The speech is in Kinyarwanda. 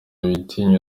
witinya